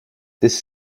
this